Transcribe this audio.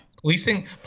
Policing